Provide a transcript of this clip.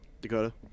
Dakota